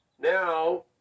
Now